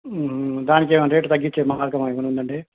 దానికేమైనా rate తగ్గిచ్చే మార్గమేమైనా ఉందండి